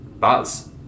buzz